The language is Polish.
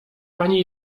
pani